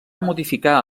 modificar